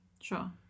Sure